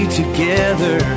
together